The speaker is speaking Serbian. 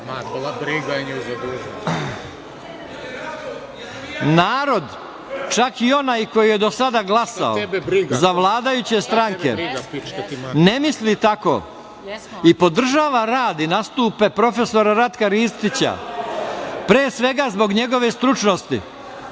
čak i onaj koji je do sada glasao za vladajuće stranke, ne misli tako i podržava, rad i nastupe profesora Ratka Ristića, pre svega zbog njegove stručnosti,